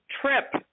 trip